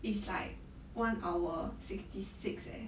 it's like one hour sixty six eh